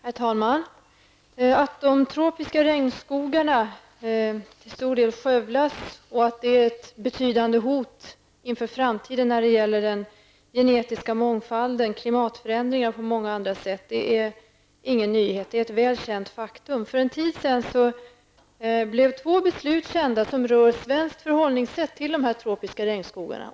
Herr talman! Det är ingen nyhet att de tropiska regnskogarna till stor del skövlas och att detta utgör ett betydande hot inför framtiden när det gäller den genetiska mångfalden och klimatförändringar. Det är ett väl känt faktum. För en tid sedan blev två beslut kända, som rör svenskt förhållningssätt till de tropiska regnskogarna.